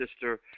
sister